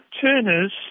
turners